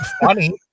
funny